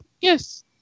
yes